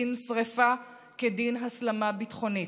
דין שרפה כדין הסלמה ביטחונית.